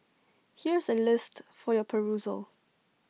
here's A list for your perusal